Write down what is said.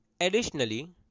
Additionally